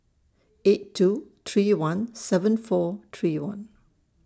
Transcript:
eight two three one seven four three one